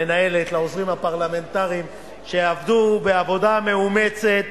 למנהלת, לעוזרים הפרלמנטריים שעבדו עבודה מאומצת,